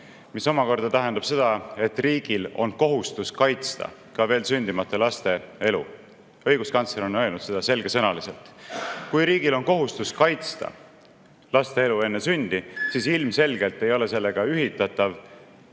mis omakorda tähendab seda, et riigil on kohustus kaitsta ka veel sündimata laste elu. Õiguskantsler on öelnud seda selgesõnaliselt. Kui riigil on kohustus kaitsta laste elu enne sündi, siis ilmselgelt ei ole sellega ühildatav